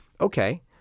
Okay